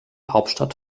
hauptstadt